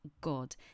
God